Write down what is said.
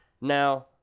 Now